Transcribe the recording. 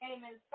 Amen